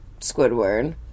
Squidward